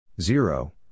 Zero